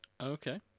Okay